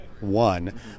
one